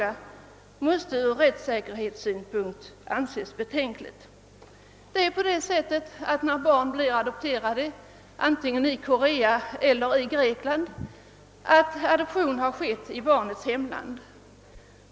Detta måste ur rättssäkerhetssynpunkt anses betänkligt. Det är på det sättet att när barn blir adopterade, vare sig det är barn från Korea eller från Grekland, har adoption skett i barnets hemland.